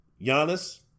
Giannis